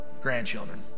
grandchildren